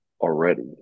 already